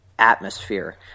atmosphere